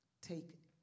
take